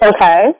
Okay